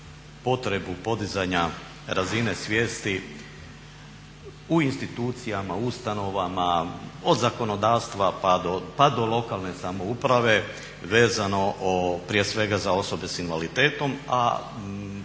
potrebu podizanja razine svijesti u institucijama, ustanovama od zakonodavstva pa do lokalne samouprave vezano prije svega za osobe s invaliditetom, a